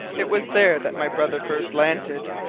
it was there that my brother first landed,